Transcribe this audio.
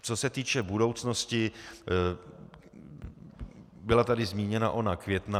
Co se týče budoucnosti, byla tady zmíněna ona Květná.